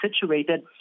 situated